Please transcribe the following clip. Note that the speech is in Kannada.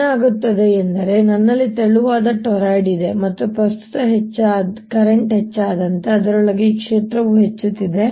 ಏನಾಗುತ್ತಿದೆ ಎಂದರೆ ನನ್ನಲ್ಲಿ ತೆಳುವಾದ ಟೊರಾಯ್ಡ್ ಇದೆ ಮತ್ತು ಪ್ರಸ್ತುತ ಹೆಚ್ಚಾದಂತೆ ಅದರೊಳಗೆ ಈ ಕ್ಷೇತ್ರವು ಹೆಚ್ಚುತ್ತಿದೆ